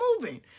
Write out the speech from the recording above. moving